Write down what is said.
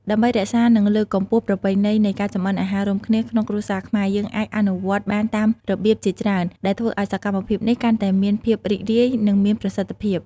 ដើម្បីរក្សា និងលើកកម្ពស់ប្រពៃណីនៃការចម្អិនអាហាររួមគ្នាក្នុងគ្រួសារខ្មែរ យើងអាចអនុវត្តបានតាមរបៀបជាច្រើន ដែលធ្វើឱ្យសកម្មភាពនេះកាន់តែមានភាពរីករាយ និងមានប្រសិទ្ធភាព ។